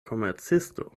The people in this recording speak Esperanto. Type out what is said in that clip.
komercisto